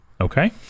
Okay